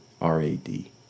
R-A-D